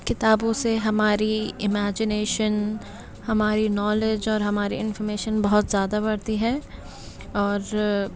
کتابوں سے ہماری ایمیجنیشن ہماری نالج اور ہماری انفارمیشن بہت زیادہ بڑھتی ہے اور